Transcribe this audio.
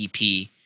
EP